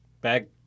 Bag